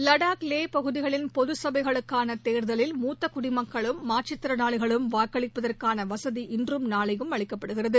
லே பகுதிகளின் பொதுச்சபைகளுக்கான தோதலில் மூத்த குடிமக்களும் வடாக் மாற்றுத்திறனாளிகளும் வாக்களிப்பதற்கான வசதி இன்றும் நாளையும் அளிக்கப்படுகிறது